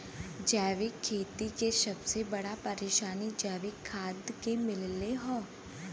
जैविक खेती के सबसे बड़ा परेशानी जैविक खाद के मिलले हौ